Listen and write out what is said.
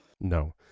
No